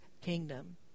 kingdom